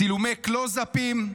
צילומי קלוז-אפים,